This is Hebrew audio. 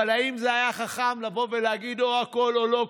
אבל האם זה היה חכם לבוא ולהגיד או הכול או לא כלום?